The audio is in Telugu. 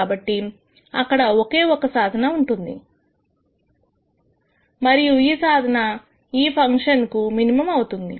కాబట్టి అక్కడ ఒకే ఒక్క సాధన ఉంటుంది మరియు ఈసాధన ఈ ఫంక్షన్ కు మినిమం అవుతుంది